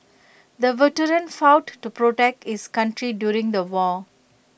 the veteran fought to protect his country during the war